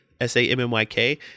S-A-M-M-Y-K